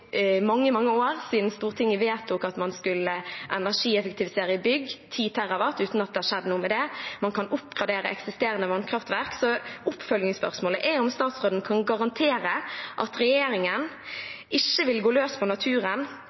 mange, mange år siden Stortinget vedtok at man skulle energieffektivisere bygg, 10 TW, uten at det har skjedd noe med det, og man kan oppgradere eksisterende vannkraftverk. Så oppfølgingsspørsmålet er om statsråden kan garantere at regjeringen ikke vil gå løs på naturen